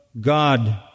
God